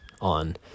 on